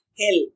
hell